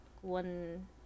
one